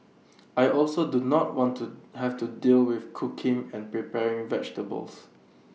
I also do not want to have to deal with cooking and preparing vegetables